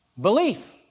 Belief